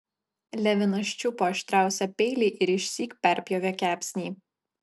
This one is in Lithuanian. levinas čiupo aštriausią peilį ir išsyk perpjovė kepsnį